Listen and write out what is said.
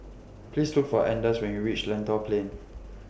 Please Look For Anders when YOU REACH Lentor Plain